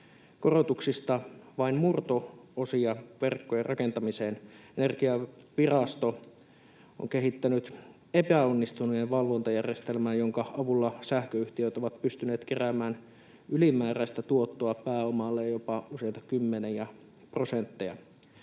korotuksista vain murto-osia verkkojen rakentamiseen. Energiavirasto on kehittänyt epäonnistuneen valvontajärjestelmän, jonka avulla sähköyhtiöt ovat pystyneet keräämään ylimääräistä tuottoa pääomalleen jopa useita kymmeniä prosentteja.